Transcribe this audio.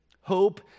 Hope